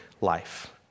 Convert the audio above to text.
life